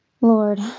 Lord